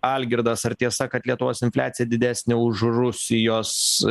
algirdas ar tiesa kad lietuvos infliacija didesnė už rusijos